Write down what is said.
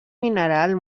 mineral